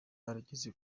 barageze